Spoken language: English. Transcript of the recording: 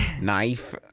knife